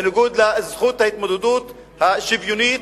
בניגוד לזכות ההתמודדות השוויונית,